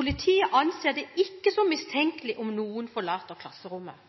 «Politiet anser det ikke som mistenkelig at noen forlater klasserommet